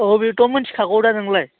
औ बेखौथ' मिनथिखागौ दा नोंलाय